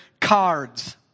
cards